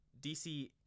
dc